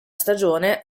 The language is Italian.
stagione